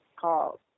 call